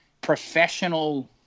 professional